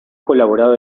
colaborado